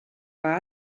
war